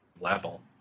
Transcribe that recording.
level